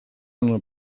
una